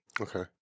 Okay